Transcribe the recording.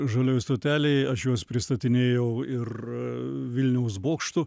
žalioj stotelėj aš juos pristatinėjau ir vilniaus bokštų